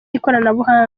n’ikoranabuhanga